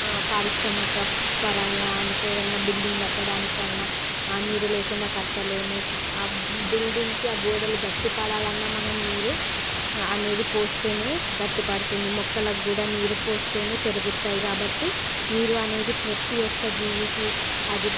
పారిశ్రామిక పరంగా అంటే ఏదైనా బిల్డింగ్ కట్టడానికి అయినా ఆ నీరు లేకుండా కట్టలేము ఆ బిల్డింగ్కి ఆ గోడలు గట్టిపడాలన్నా మనం నీరు అనేది పోస్తేనే గట్టిపడుతుంది మొక్కలకు కూడా నీరు పోస్తేనే పెరుగుతాయి కాబట్టి నీరు అనేది ప్రతీ ఒక్క జీవికి అది